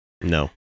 No